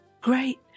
Great